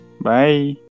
Bye